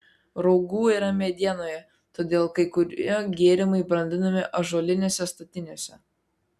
raugų yra medienoje todėl kai kurie gėrimai brandinami ąžuolinėse statinėse